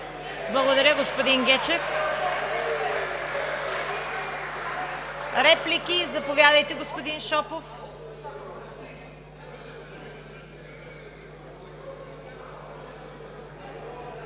Благодаря, господин Гечев. Реплики? Заповядайте, господин Шопов.